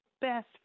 best